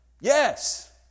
Yes